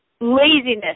laziness